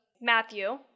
Matthew